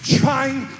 trying